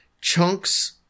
Chunks